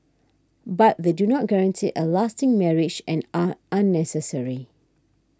but they do not guarantee a lasting marriage and are unnecessary